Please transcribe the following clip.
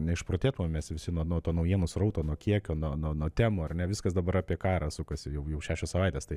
neišprotėtumėm mes visi nuo nuo to naujienų srauto nuo kiekio nuo nuo nuo temų ar ne viskas dabar apie karą sukasi jau jau šešios savaitės tai